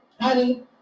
Honey